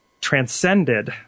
transcended